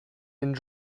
and